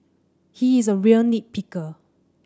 he is a real nit picker